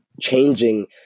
changing